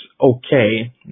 okay